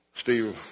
Steve